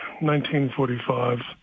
1945